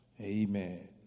Amen